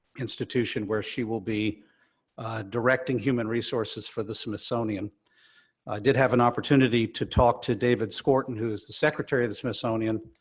institution, where she will be directing human resources for the smithsonian. i did have an opportunity to talk to david skorton, who is the secretary of the smithsonian.